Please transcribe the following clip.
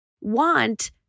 want